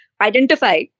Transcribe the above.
identify